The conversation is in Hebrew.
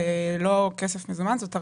זה לא כסף מזומן אלא זאת הרשאה.